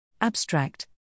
Abstract